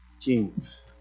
kings